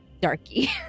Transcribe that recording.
darky